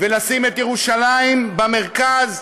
ולשים את ירושלים במרכז,